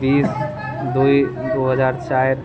बीस दुइ दू हजार चारि